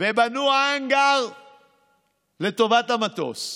ובנו האנגר לטובת המטוס,